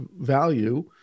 value